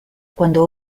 quando